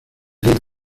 will